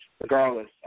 regardless